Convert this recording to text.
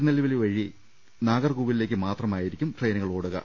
നെൽവേലി വഴി നാഗർകോവിലിലേക്കും മാത്രമായിരിക്കും ട്രെയിനുകൾ ഓടുക